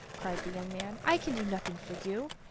cried the young man i can do nothing for you,